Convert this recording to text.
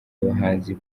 abahanzi